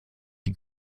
die